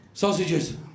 sausages